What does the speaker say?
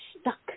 stuck